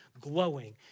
glowing